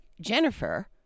Jennifer